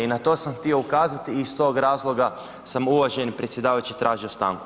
I na to sam htio ukazati i iz tog razloga sam uvaženi predsjedavajući tražio stanku.